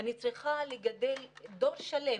אני צריכה לגדל דור שלם,